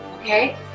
okay